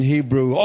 Hebrew